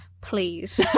please